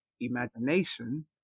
imagination